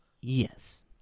Yes